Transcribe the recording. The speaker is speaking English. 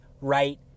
right